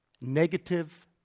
negative